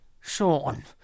Sean